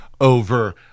over